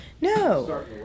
No